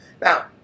Now